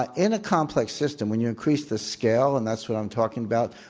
ah in a complex system, when you increase the scale, and that's what i'm talking about,